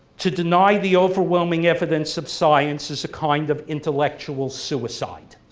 to deny the overwhelming evidence of science is a kind of intellectual suicide.